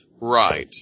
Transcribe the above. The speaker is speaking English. right